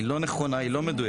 היא לא נכונה, היא לא מדויקת.